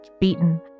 beaten